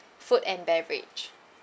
food and beverage